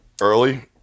Early